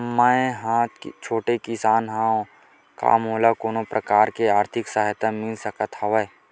मै ह छोटे किसान हंव का मोला कोनो प्रकार के आर्थिक सहायता मिल सकत हवय?